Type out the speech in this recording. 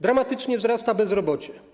Dramatycznie wzrasta bezrobocie.